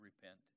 repent